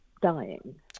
dying